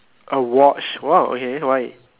a watch !wow! okay why